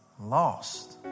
lost